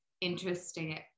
interesting